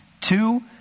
Two